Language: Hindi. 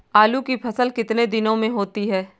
आलू की फसल कितने दिनों में होती है?